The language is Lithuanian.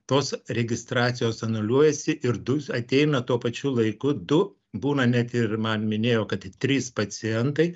tos registracijos anuliuojasi ir du ateina tuo pačiu laiku du būna net ir man minėjo kad trys pacientai